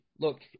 Look